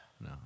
no